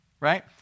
right